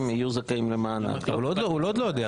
יהיו זכאים למענק -- הוא עוד לא יודע.